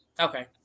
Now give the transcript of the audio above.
Okay